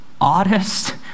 oddest